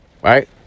right